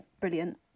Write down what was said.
brilliant